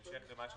בהמשך למה שנאמר,